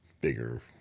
bigger